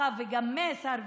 הדמוקרטיה הם כאן, בכנסת הזאת.